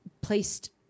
placed